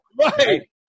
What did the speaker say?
right